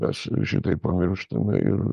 mes šitai pamirštame ir